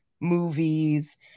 movies